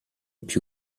più